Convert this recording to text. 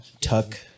Tuck